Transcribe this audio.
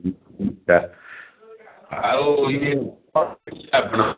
ଆଛା ଆଉ ଇଏ କ'ଣ ଆପଣ